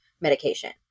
medication